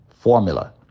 formula